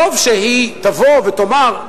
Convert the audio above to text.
טוב שהיא תבוא ותאמר: